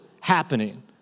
happening